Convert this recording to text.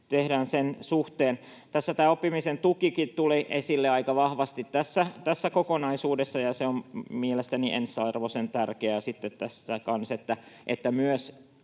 tehdään sen suhteen. Tässä kokonaisuudessa tämä oppimisen tukikin tuli esille aika vahvasti, ja se on mielestäni ensiarvoisen tärkeää tässä kanssa, että myös